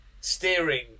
steering